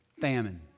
famine